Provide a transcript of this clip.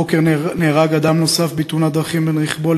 הבוקר נהרג אדם נוסף בתאונת דרכים בין רכבו